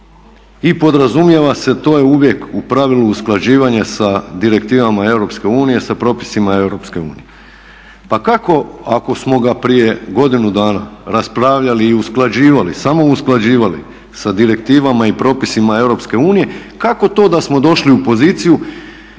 i podrazumijeva se, to je uvijek u pravilu usklađivanje sa direktivama Europske unije, sa propisima Europske unije. Pa kako ako smo ga prije godinu dana raspravljali i usklađivali, samo usklađivali sa direktivama i propisima Europske unije, kako to da smo došli u poziciji